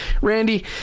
Randy